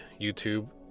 YouTube